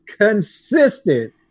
consistent